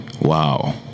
Wow